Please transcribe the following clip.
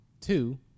two